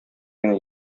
генә